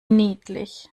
niedlich